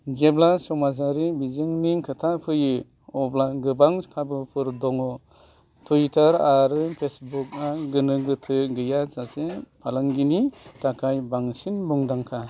जेब्ला समाजारि बिजोंनि खोथा फैयो अब्ला गोबां खाबुफोर दं टुइटार आरो फेसबुकआ गोनो गोथो गैया जासे फालांगिनि थाखाय बांसिन मुंदांखा